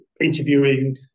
interviewing